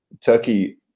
Turkey